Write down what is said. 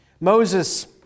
Moses